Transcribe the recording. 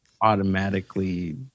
automatically